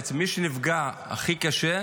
בעצם מי שנפגע הכי קשה,